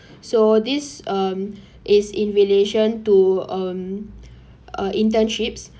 so this um is in relation to um uh internships